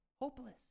hopeless